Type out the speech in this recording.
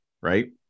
right